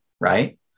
right